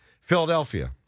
Philadelphia